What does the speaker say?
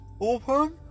open